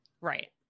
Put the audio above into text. Right